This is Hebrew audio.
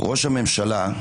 ראש הממשלה,